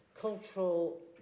cultural